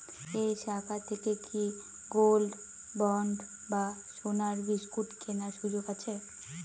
এই শাখা থেকে কি গোল্ডবন্ড বা সোনার বিসকুট কেনার সুযোগ আছে?